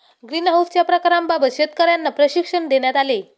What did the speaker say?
ग्रीनहाउसच्या प्रकारांबाबत शेतकर्यांना प्रशिक्षण देण्यात आले